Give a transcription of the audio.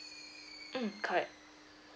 mm correct